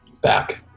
back